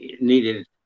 needed